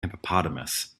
hippopotamus